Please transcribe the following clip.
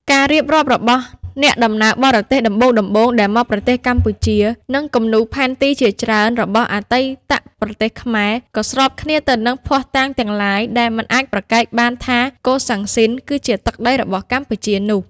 ការរៀបរាប់របស់អ្នកដំណើរបរទេសដំបូងៗដែលមកប្រទេសកម្ពុជា និងគំនូរ ផែនទីជាច្រើនរបស់អតីតប្រទេសខ្មែរ ក៏ស្របគ្នាទៅនឹងភស្តុតាងទាំងឡាយដែលមិនអាចប្រកែកបានថា កូសាំងស៊ីន គឺជាទឹកដីរបស់កម្ពុជានោះ ។